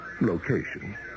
Location